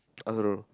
I also don't know